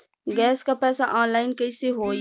Gas क पैसा online कइसे होई?